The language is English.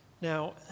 Now